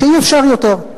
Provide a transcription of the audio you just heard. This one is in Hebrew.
שאי-אפשר יותר.